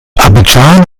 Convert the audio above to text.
abidjan